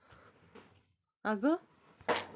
वनस्पती रोपवाटिकेचे विविध प्रकार कोणते आहेत?